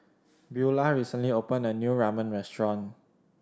Buelah recently opened a new Ramen Restaurant